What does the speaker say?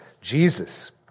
Jesus